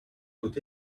put